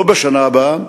לא בשנה הבאה,